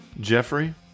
Jeffrey